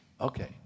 Okay